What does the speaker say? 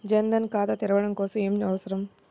జన్ ధన్ ఖాతా తెరవడం కోసం ఏమి అవసరం?